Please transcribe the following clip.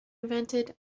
invented